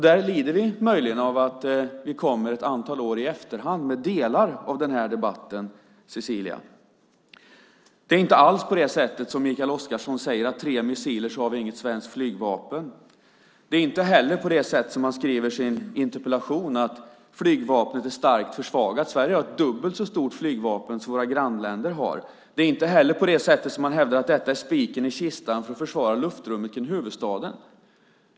Där lider vi möjligen av att vi kommer ett antal år i efterhand med delar av den här debatten, Cecilia. Det är inte alls på det sättet som Mikael Oscarsson säger, att tre missiler gör att vi inte har något svenskt flygvapen. Det är inte heller på det sättet som han beskriver i sin interpellation, att flygvapnet är starkt försvagat. Sverige har ett dubbelt så stort flygvapen som våra grannländer har. Det är inte heller på det sättet som han hävdar, att detta är spiken i kistan för att försvara luftrummet kring huvudstaden.